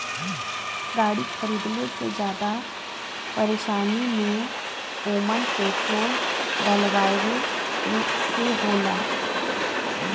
गाड़ी खरीदले से जादा परेशानी में ओमन पेट्रोल डलवावे से हउवे